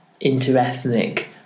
inter-ethnic